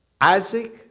Isaac